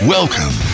Welcome